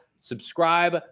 Subscribe